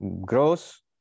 gross